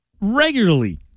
regularly